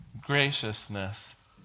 graciousness